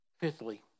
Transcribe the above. Fifthly